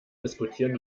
diskutieren